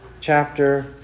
chapter